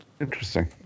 Interesting